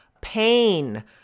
pain